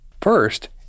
First